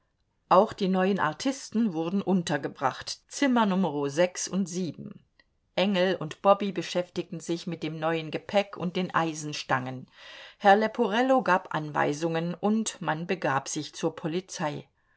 auch die neuen artisten wurden untergebracht zimmer numero und engel und bobby beschäftigten sich mit dem neuen gepäck und den eisenstangen herr leporello gab anweisungen und man begab sich zur polizei